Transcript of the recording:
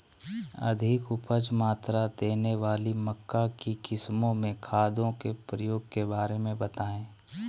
अधिक उपज मात्रा देने वाली मक्का की किस्मों में खादों के प्रयोग के बारे में बताएं?